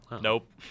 nope